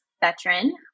veteran